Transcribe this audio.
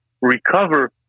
recover